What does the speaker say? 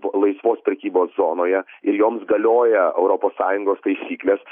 laisvos prekybos zonoje ir joms galioja europos sąjungos taisyklės